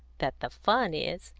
that the fun is,